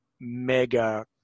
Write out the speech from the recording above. mega